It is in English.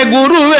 Guru